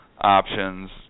options